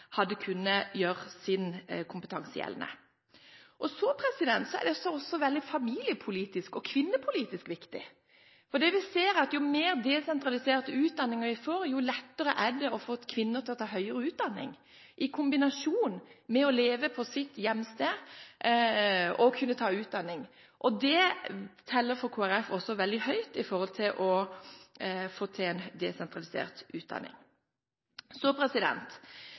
hadde vært gjeldende kompetanse. Dette er også familiepolitisk og kvinnepolitisk veldig viktig. Det vi ser, er at jo flere desentraliserte utdanninger vi får, jo lettere er det å få kvinner til å ta høyere utdanning – kunne kombinere det å leve på sitt hjemsted og det å ta utdanning. Dette teller også veldig mye for Kristelig Folkeparti med tanke på å få til en desentralisert utdanning.